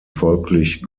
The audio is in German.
folglich